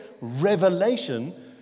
revelation